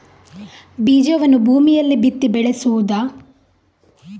ಬೀಜವನ್ನು ಭೂಮಿಯಲ್ಲಿ ಬಿತ್ತಿ ಬೆಳೆಸುವುದಾ?